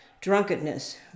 drunkenness